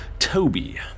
Toby